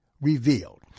revealed